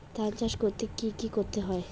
ধান চাষ করতে কি কি করতে হয়?